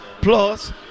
Plus